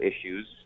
issues